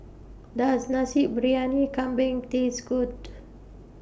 Does Nasi Briyani Kambing Taste Good